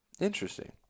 Interesting